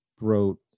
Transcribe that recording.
wrote